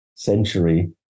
century